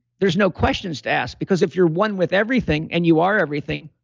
there's no questions to ask because if you're one with everything and you are everything,